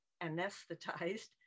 anesthetized